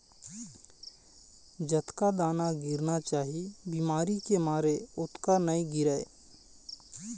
जतका दाना गिरना चाही बिमारी के मारे ओतका नइ गिरय